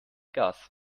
gas